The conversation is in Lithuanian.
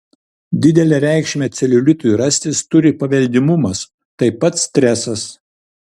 didelę reikšmę celiulitui rastis turi paveldimumas taip pat stresas